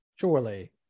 Surely